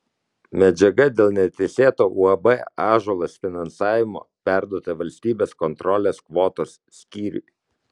medžiaga dėl neteisėto uab ąžuolas finansavimo perduota valstybės kontrolės kvotos skyriui